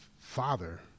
father